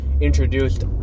introduced